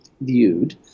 viewed